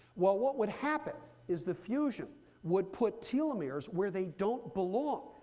well, what would happen is the fusion would put telemeres where they don't belong,